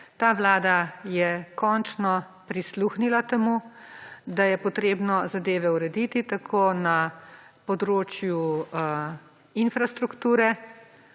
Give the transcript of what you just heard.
Ta vlada je končno prisluhnila temu, da je potrebno zadeve urediti tako na področju infrastrukture,